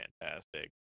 fantastic